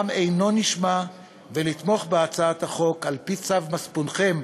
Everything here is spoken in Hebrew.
אינו נשמע ולתמוך בהצעת החוק על-פי צו מצפונכם,